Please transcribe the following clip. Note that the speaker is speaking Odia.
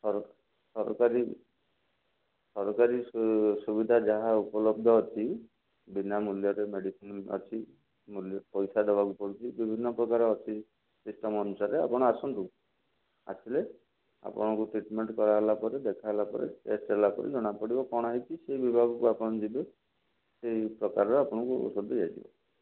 ସରକାରୀ ସରକାରୀ ସୁବିଧା ଯାହା ଉପଲବ୍ଧ ଅଛି ବିନା ମୂଲ୍ୟରେ ମେଡ଼ିସିନ୍ ଅଛି ମୂଲ୍ୟ ପଇସା ଦେବାକୁ ପଡ଼ୁଛି ବିଭିନ୍ନ ପ୍ରକାର ଅଛି ସିଷ୍ଟମ୍ ଅନୁସାରେ ଆପଣ ଆସନ୍ତୁ ଆସିଲେ ଆପଣଙ୍କୁ ଟ୍ରିଟ୍ମେଣ୍ଟ କରାହେଲା ପରେ ଦେଖାହେଲା ପରେ ଟେଷ୍ଟ ହେଲାପରେ ଜଣାପଡ଼ିବ କ'ଣ ହେଇଛି ସେଇ ବିଭାଗକୁ ଆପଣ ଯିବେ ସେଇ ପ୍ରକାରର ଆପଣଙ୍କୁ ଔଷଧ ଦିଆଯିବ